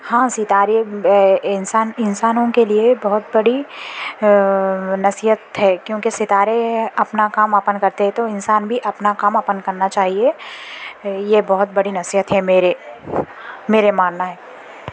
ہاں ستارے انسان انسانوں کے لیے بہت بڑی نصیحت ہے کیونکہ ستارے اپنا کام اپن کرتے ہے تو انسان بھی اپنا کام اپن کرنا چاہیے یہ بہت بڑی نصیحت ہے میرے میرے ماننا ہے